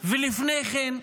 ולפני כן?